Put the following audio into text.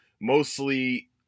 mostly